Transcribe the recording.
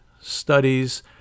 studies